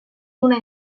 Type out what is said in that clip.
una